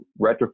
retrofit